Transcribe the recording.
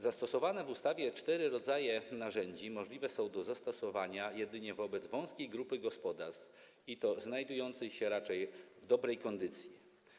Zastosowane w ustawie cztery rodzaje narzędzi są możliwe do zastosowania jedynie wobec wąskiej grupy gospodarstw, i to raczej znajdujących się w dobrej kondycji.